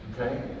okay